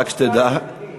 שינו את שעון הקיץ.